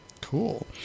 Cool